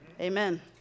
Amen